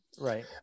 right